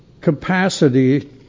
capacity